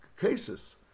cases